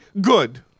good